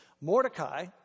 Mordecai